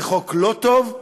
זה חוק לא טוב,